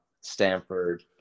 Stanford